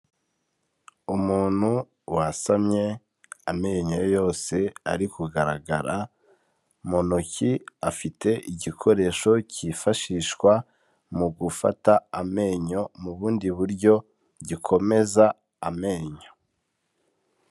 Umuntu wasamye amenyo ye yose ari kugaragara, mu ntoki afite igikoresho cyifashishwa mu gufata amenyo mu bundi buryo gikomeza amenyo.